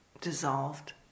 dissolved